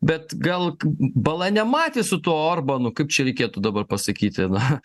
bet gal bala nematė su tuo orbanu kaip čia reikėtų dabar pasakyti na